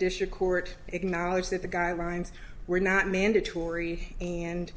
district court acknowledged that the guidelines were not mandatory and